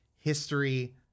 history